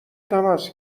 تماس